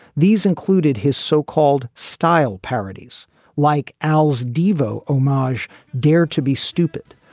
these included his so-called style parodies like owls. devaux omarjan dare to be stupid.